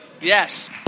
Yes